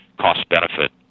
cost-benefit